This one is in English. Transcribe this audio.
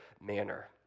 manner